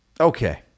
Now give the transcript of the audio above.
Okay